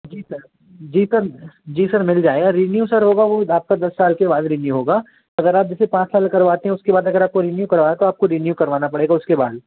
जी sir जी sir जी sir मेरी राय है रिन्यू सर होगा वो मात्र दस साल के बाद रिन्यू होगा अगर आप जैसे पाँच साल का करवाते हैं उसके बाद अगर आपको रिन्यू करवाना पड़ेगा उसके बाद